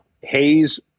Hayes